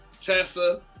Tessa